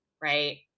right